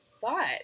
thought